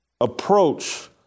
approach